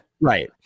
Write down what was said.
right